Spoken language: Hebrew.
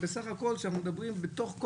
שיפרסם באתר של הרבנות.